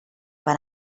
per